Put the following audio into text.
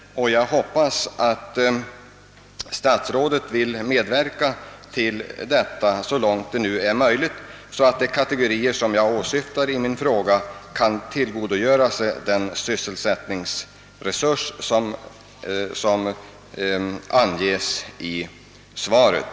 Jag hoppas att statsrådet vill hjälpa till härmed så att de kategorier som jag åsyftade med min fråga kan tillgodogöra sig den sysselsättningsresurs som angives i svaret.